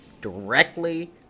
directly